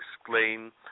explain